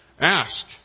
Ask